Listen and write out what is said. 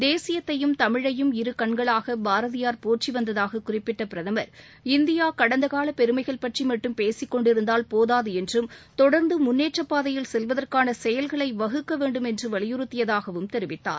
தேசியத்தையும் தமிழையும் இரு கண்களாக பாரதியார் போற்றி வந்ததாக குறிப்பிட்ட பிரதமர் இந்தியா கடந்தகால பெருமைகள் பற்றி மட்டும் பேசிக்கொண்டிருந்தால் போதாது என்றும் தொடர்ந்து முன்னேற்றப்பாதையில் செல்வதற்கான செயல்களை வகுக்க வேண்டும் என்று வலியுறுத்தியதாகவும் தெரிவித்தார்